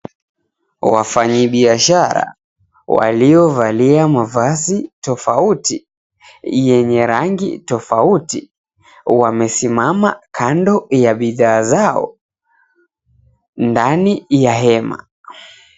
Wafanyibiashara waliovalia mavazi tofauti, yenye rangi tofauti wamesimama kando ya bidhaa zao ndani ya hema.